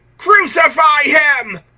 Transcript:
crucify him!